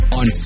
on